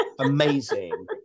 amazing